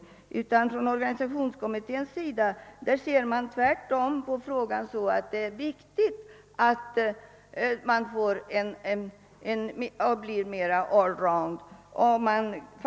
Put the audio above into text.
Organisationskommittén säger tvärtom beträffande tjänstemännen, att det är viktigt att de blir mer allroundkunniga.